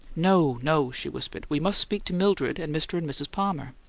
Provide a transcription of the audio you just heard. no, no, she whispered. we must speak to mildred and mr. and mrs. palmer.